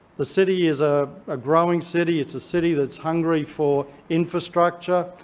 the city is ah a growing city it's a city that's hungry for infrastructure,